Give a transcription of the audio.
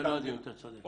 זה לא הדיון, אתה צודק.